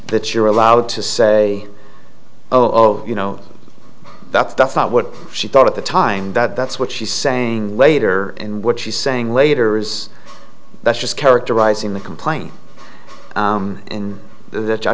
that you're allowed to say oh you know that's that's not what she thought at the time that that's what she's saying later and what she's saying later is that's just characterizing the complaint in th